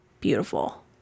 beautiful